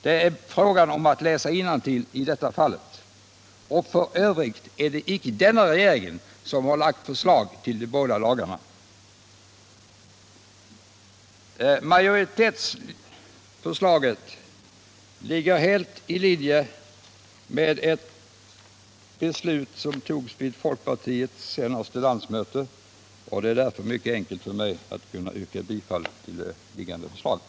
Det är frågan om att läsa innantill. F. ö. är det icke denna regering som lagt förslag till de borgerliga lagarna, Majoritetsförslaget ligger helt i linje med ett beslut som togs vid folkpartiets senaste landsmöte, och det är därför mycket enkelt för mig att yrka bifall till det föreliggande förslaget.